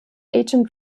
agent